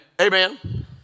Amen